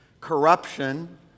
corruption